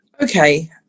Okay